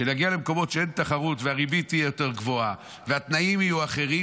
שנגיע למקומות שאין תחרות והריבית תהיה יותר גבוהה והתנאים יהיו אחרים,